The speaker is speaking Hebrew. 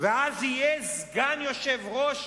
ואז יהיה סגן יושב-ראש,